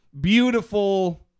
beautiful